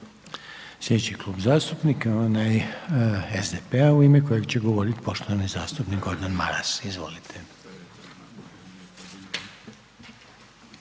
Sljedeći zastupnik je onaj SDP-a u ime kojeg će govoriti poštovani zastupnik Gordan Maras. Izvolite.